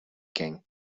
king